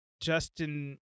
Justin